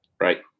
Right